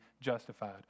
justified